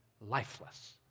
lifeless